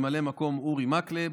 וממלא מקום: אורי מקלב,